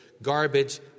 garbage